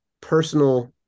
personal